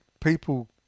people